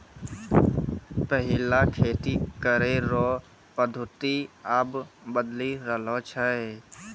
पैहिला खेती करै रो पद्धति आब बदली रहलो छै